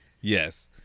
Yes